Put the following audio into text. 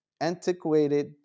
antiquated